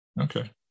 Okay